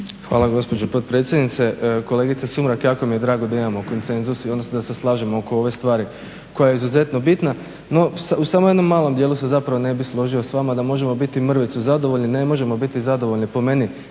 Hvala gospođo potpredsjednice. Kolegice Sumrak jako mi je drago da imamo konsenzus i odnosno da se slažemo oko ove stvari koja je izuzetno bitna, no u samo jednom malom dijelu se zapravo ne bih složio s vama da možemo biti mrvicu zadovoljni. Ne možemo biti zadovoljni po meni,